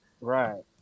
right